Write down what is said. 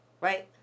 right